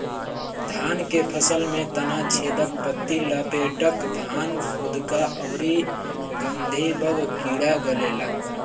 धान के फसल में तना छेदक, पत्ति लपेटक, धान फुदका अउरी गंधीबग कीड़ा लागेला